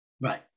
right